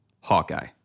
Hawkeye